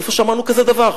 איפה שמענו כזה דבר?